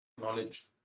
knowledge